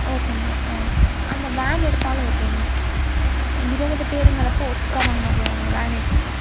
ஓகேங்க ஆ அந்த வேன் எடுத்தாலும் ஓகேங்கண்ணா இருபது பேருங்கிறப்போ ஒட்டுக்காதாங்கண்ணா போயாகணும் வேன் எடுத்துக்கலாம்